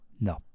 No